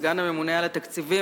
סגן הממונה על התקציבים,